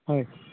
হয়